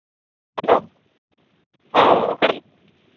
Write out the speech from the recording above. hello ᱦᱮᱸ ᱚᱠᱟᱨᱮ